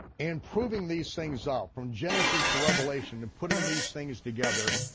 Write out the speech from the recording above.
and proving these things up, from genesis to revelation, and putting these things together,